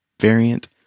variant